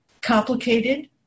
complicated